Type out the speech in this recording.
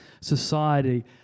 society